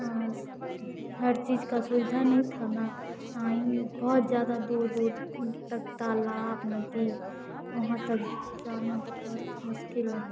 यहाँ हर चीज़ का सुविधा नहीं था न आएँगे बहुत ज़्यादा दूर दूर तक तालाब नदी वहाँ तक जाना बहुत मुश्किल है